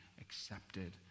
accepted